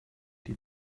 die